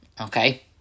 okay